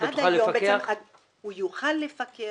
הוא יוכל לפקח,